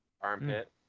Armpit